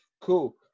Cool